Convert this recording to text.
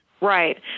Right